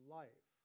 life